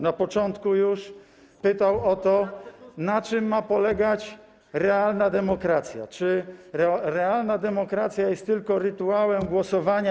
Na początku już pytał o to, na czym ma polegać realna demokracja, czy realna demokracja jest tylko pewnym rytuałem głosowania.